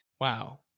Wow